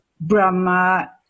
Brahma